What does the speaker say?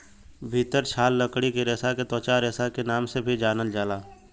भितर छाल लकड़ी के रेसा के त्वचा रेसा के नाम से भी जानल जाला